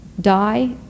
die